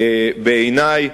בעיני,